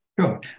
Sure